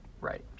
Right